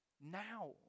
now